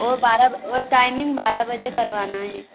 वो बारह वो टाइमिंग बारह बजे करवाना है